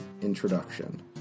introduction